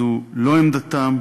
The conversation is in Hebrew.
זו לא עמדתם,